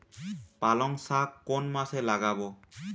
পালংশাক কোন মাসে লাগাব?